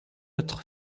autre